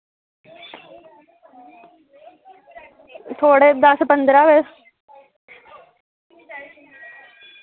थोह्ड़े दस्स पंदरां होर